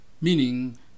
meaning